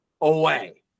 away